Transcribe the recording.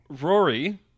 Rory